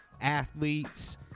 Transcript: athletes